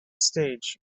stage